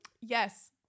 Yes